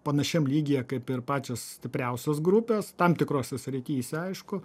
panašiam lygyje kaip ir pačios stipriausios grupės tam tikrose srityse aišku